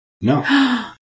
No